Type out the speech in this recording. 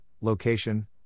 location